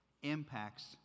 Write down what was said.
impacts